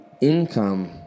income